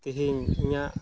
ᱛᱮᱦᱮᱧ ᱤᱧᱟᱹᱜ